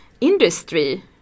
industry